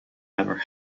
never